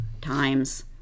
times